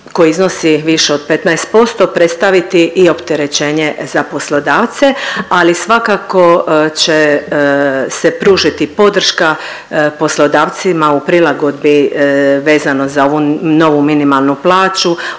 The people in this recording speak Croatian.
koji iznosi više od 15% predstaviti i opterećenje za poslodavce ali svakako će se pružiti podrška poslodavcima u prilagodbi vezano za ovu novu minimalnu plaću.